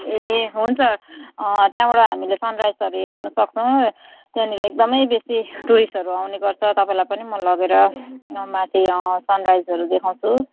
ए हुन्छ त्यहाँबाट हामीले सनराइजहरू हेर्नु सक्छौँ त्यहाँनिर एकदमै बेसी टुरिस्टहरू आउने गर्छ तपाईलाई पनि म लगेर माथि सनराइजहरू देखाउछु